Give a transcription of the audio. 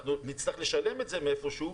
אנחנו נצטרך לשלם את זה מאיפשהו,